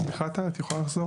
סליחה טל, את יכולה לחזור?